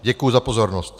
Děkuji za pozornost.